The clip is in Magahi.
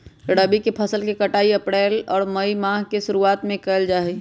रबी के फसल के कटाई अप्रैल और मई माह के शुरुआत में कइल जा हई